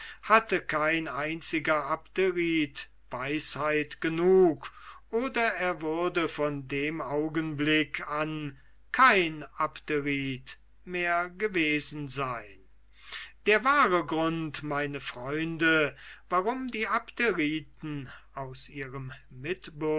hatte kein einziger abderit weisheit genug oder er würde von dem augenblick an kein abderit mehr gewesen sein der wahre grund meine freunde warum die abderiten aus ihrem